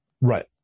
Right